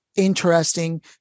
interesting